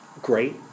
great